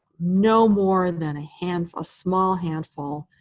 no more and than a handful a small handful